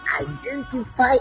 identify